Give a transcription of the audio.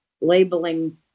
labeling